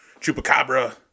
chupacabra